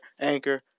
Anchor